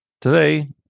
Today